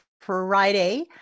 Friday